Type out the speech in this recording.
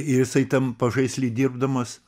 ir jisai tam pažaisly dirbdamas